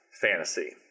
fantasy